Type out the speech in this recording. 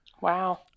Wow